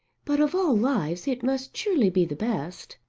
but of all lives it must surely be the best.